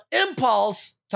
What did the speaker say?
impulse